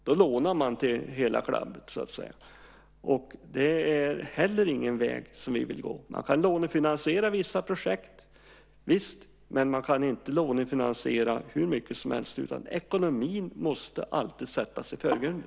Då lånade man till hela klabbet, så att säga. Det är heller ingen väg som vi vill gå. Man kan lånefinansiera vissa projekt, visst, men man kan inte lånefinansiera hur mycket som helst. Ekonomin måste alltid sättas i förgrunden.